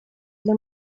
для